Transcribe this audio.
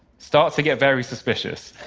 start to get very suspicious.